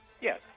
Yes